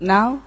Now